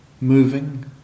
moving